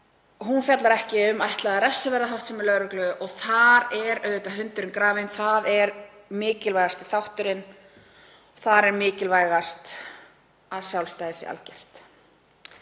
hún fjallar ekki um ætlaða refsiverða háttsemi lögreglu og þar liggur hundurinn grafinn. Það er mikilvægasti þátturinn. Þar er mikilvægast að sjálfstæði sé algert.